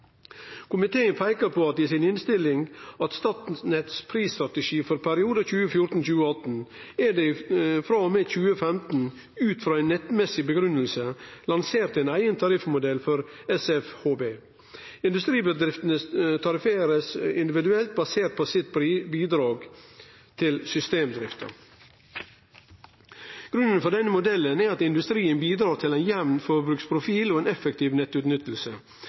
Komiteen peikar i innstillinga på at i Statnetts prisstrategi for perioden 2014–2018 er det frå og med 2015 ut frå ei nettmessig grunngiving lansert ein eigen tariffmodell for SFHB. Industribedriftene blir tarifferte individuelt basert på eige bidrag til systemdrifta. Grunnen for denne modellen er at industrien bidreg til ein jamn forbruksprofil og ei effektiv